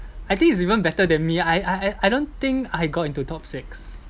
I think it's even better than me I I I don't think I got into top six